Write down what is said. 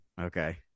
Okay